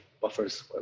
buffers